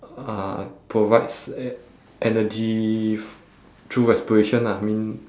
uh provides e~ energy through respiration lah I mean